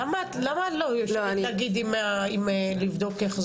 למה את לא יושבת נגיד לבדוק איך זה עובד?